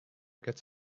gets